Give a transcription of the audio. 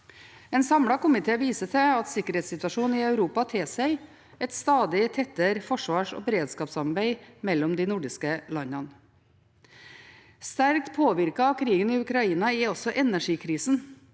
En samlet komité viser til at sikkerhetssituasjonen i Europa tilsier et stadig tettere forsvars- og beredskapssamarbeid mellom de nordiske landene. Sterkt påvirket av krigen i Ukraina er også energikrisen.